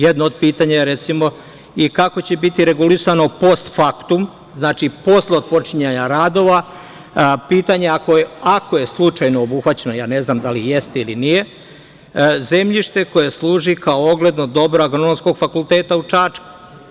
Jedno od pitanja je recimo i kako će biti regulisano post faktum, znači posle otpočinjanja radova, pitanje ako je slučajno obuhvaćeno, ja ne znam da li jeste ili nije, zemljište koje služi kao ogledno dobro Agronomskog fakulteta u Čačku.